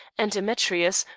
and demetrius,